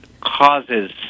causes